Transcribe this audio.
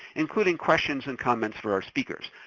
including questions and comments for our speakers.